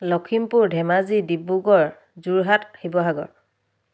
Lakhimpur Dhemaji Dibrugarh Jorhat Sivasagar